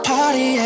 Party